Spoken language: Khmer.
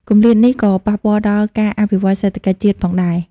គម្លាតនេះក៏ប៉ះពាល់ដល់ ការអភិវឌ្ឍសេដ្ឋកិច្ចជាតិ ផងដែរ។